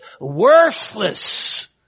worthless